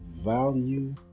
value